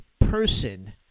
person